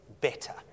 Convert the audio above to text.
better